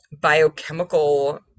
biochemical